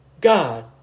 God